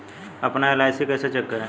अपना एल.आई.सी कैसे चेक करें?